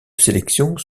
sélections